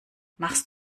machst